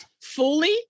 fully